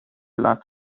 lat